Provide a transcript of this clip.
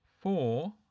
four